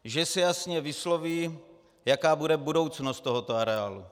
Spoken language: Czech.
že se jasně vysloví, jaká bude budoucnost tohoto areálu.